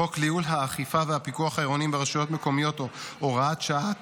החוק לייעול האכיפה והפיקוח העירוניים ברשויות מקומיות (הוראת שעה),